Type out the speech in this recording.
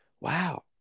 wow